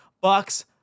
Bucks